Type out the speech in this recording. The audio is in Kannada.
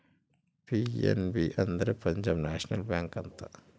ಪಿ.ಎನ್.ಬಿ ಅಂದ್ರೆ ಪಂಜಾಬ್ ನೇಷನಲ್ ಬ್ಯಾಂಕ್ ಅಂತ